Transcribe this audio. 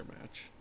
match